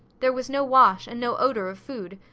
there was no wash and no odour of food.